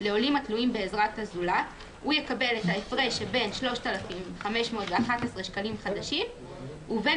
לעולים התלויים בעזרת הזולת ההפרש שבין 3,511 שקלים חדשים ובין